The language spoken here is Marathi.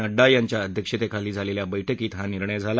नङ्डा यांच्या अध्यक्षतेखाली झालेल्या बैठकीत हा निर्णय घेण्यात आला